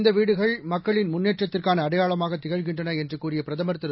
இந்த வீடுகள் மக்களின் முன்னேற்றத்திற்கான அடையாளமாக திகழ்கின்றள என்று கூறிய பிரதமர் திரு